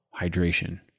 hydration